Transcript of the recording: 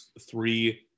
three